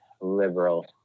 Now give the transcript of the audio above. liberal